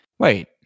Wait